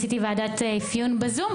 עשיתי ועדת אפיון בזום,